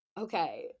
Okay